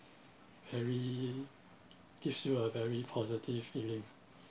very gives you a very positive feeling uh